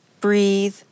breathe